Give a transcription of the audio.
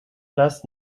fles